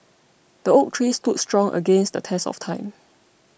the oak trees stood strong against the test of time